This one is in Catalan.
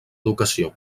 educació